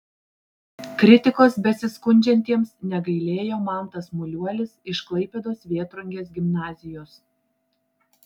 kritikos besiskundžiantiems negailėjo mantas muliuolis iš klaipėdos vėtrungės gimnazijos